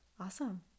Awesome